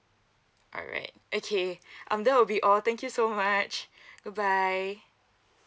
alright okay um that will be all thank you so much goodbye